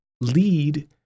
lead